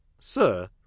Sir